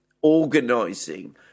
organising